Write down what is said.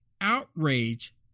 outrage